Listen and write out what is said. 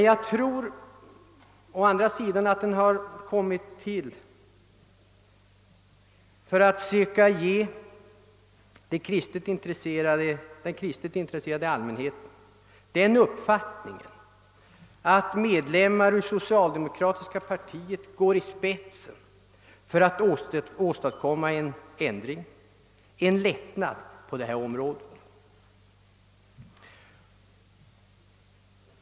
Jag tror emellertid att den har framställts för att söka ge den kristligt intresserade allmänheten den uppfattningen att medlemmar ur socialdemokratiska partiet går i spetsen för att åstadkomma en ändring och en lättnad på detta område.